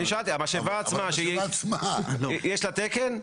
אבל אני שואל אם למשאבה עצמה יש תקן.